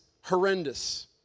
horrendous